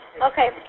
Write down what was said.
Okay